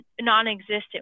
non-existent